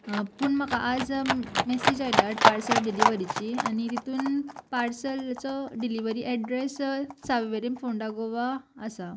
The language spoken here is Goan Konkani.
पूण म्हाका आज मॅसेज आयला पार्सल डिलिव्हरीची आनी तितून पार्सलचो डिलिव्हरी एड्रेस सावे वरीन फोंडा गोवा आसा